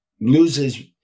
loses